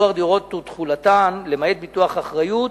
ביטוח דירות ותכולתן, למעט ביטוח אחריות,